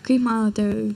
kaip manote